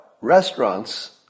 restaurants